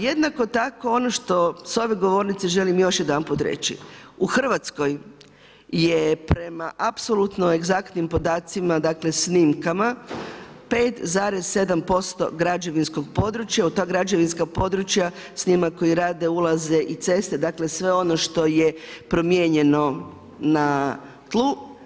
Jednako tako ono što s ove govornice želim još jedanput reći, u Hrvatskoj je prema apsolutno egzaktnim podacima, dakle snimkama 5,7% građevinskog područja, u ta građevinska područja s njima koji rade ulaze i ceste, dakle sve ono što je promijenjeno na tlu.